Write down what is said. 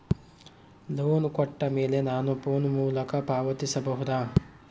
Loan ಕೊಟ್ಟ ಮೇಲೆ ನಾನು ಫೋನ್ ಮೂಲಕ ಪಾವತಿಸಬಹುದಾ?